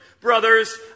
Brothers